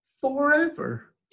Forever